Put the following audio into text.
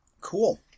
Cool